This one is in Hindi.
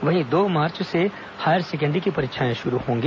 वहीं दो मार्च से हायर सेकेण्डरी की परीक्षाएं शुरू होंगी